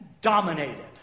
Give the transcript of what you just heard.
dominated